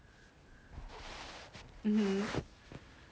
mm